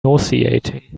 nauseating